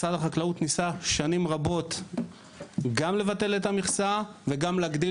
משרד החקלאות ניסה שנים רבות גם לבטל את המכסה וגם להגדיל